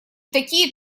такие